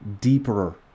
deeper